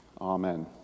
amen